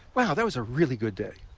wow, that was a really good day,